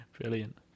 Brilliant